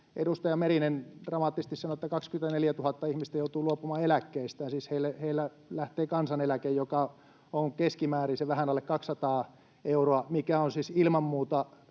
edustaja Merinen dramaattisesti sanoi, että 24 000 ihmistä joutuu luopumaan eläkkeistään. Siis heiltä lähtee kansaneläke, joka on keskimäärin se vähän alle 200 euroa, mikä ilman muuta